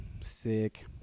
sick